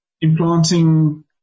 implanting